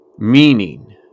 Meaning